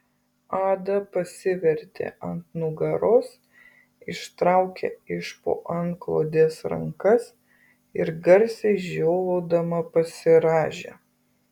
ada pasivertė ant nugaros ištraukė iš po antklodės rankas ir garsiai žiovaudama pasirąžė